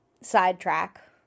sidetrack